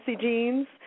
jeans